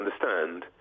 understand